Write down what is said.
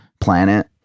planet